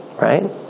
right